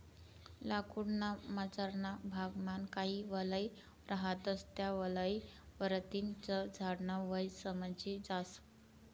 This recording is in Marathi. लाकूड ना मझारना भाग मान काही वलय रहातस त्या वलय वरतीन च झाड न वय समजी जास